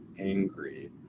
angry